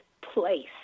place